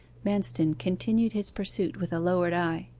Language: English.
manston continued his pursuit with a lowered eye.